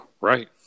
right